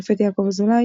השופט יעקב אזולאי,